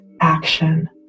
action